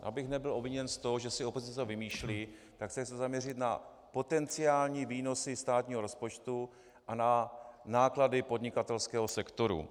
Abych nebyl obviněn z toho, že si opozice něco vymýšlí, tak se chci zaměřit na potenciální výnosy státního rozpočtu a na náklady podnikatelského sektoru.